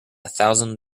thousand